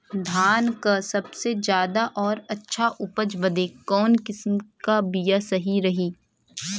धान क सबसे ज्यादा और अच्छा उपज बदे कवन किसीम क बिया सही रही?